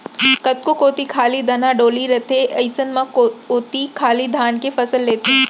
कतको कोती खाली धनहा डोली रथे अइसन म ओती खाली धाने के फसल लेथें